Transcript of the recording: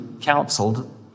counseled